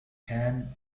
كان